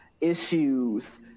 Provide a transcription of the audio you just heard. issues